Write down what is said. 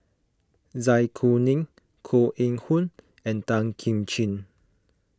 Zai Kuning Koh Eng Hoon and Tan Kim Ching